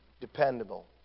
dependable